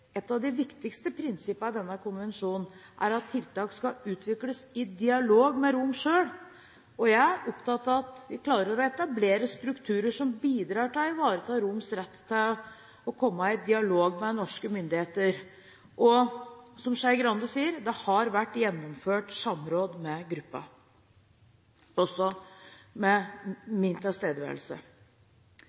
Et av de viktigste prinsippene i denne konvensjonen er at tiltak skal utvikles i dialog med romene selv. Jeg er opptatt av at vi klarer å etablere strukturer som bidrar til å ivareta romers rett til å komme i dialog med norske myndigheter. Som Skei Grande sier, det har vært gjennomført samråd med gruppen, også med min tilstedeværelse.